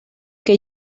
que